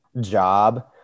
job